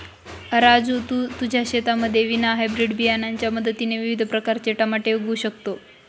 राजू तू तुझ्या शेतामध्ये विना हायब्रीड बियाणांच्या मदतीने विविध प्रकारचे टमाटे उगवू शकतो